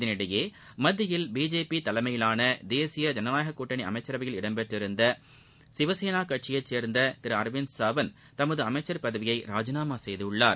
இதனிடையே மத்தியில் பிஜேபி தலைமையிவான தேசிய ஜனநாயக கூட்டணி அமைச்சரவையில் இடம்பெற்றிருந்த சிவசேனா கட்சியை சேர்ந்த திரு அரவிந்த் சாவந்த் தமது பதவியை ராஜினாமா செய்துள்ளார்